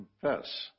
confess